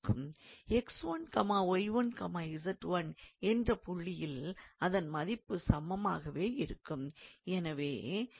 𝑥1𝑦1𝑧1 என்ற புள்ளியில் அதன் மதிப்பு சமமாகவே இருக்கும்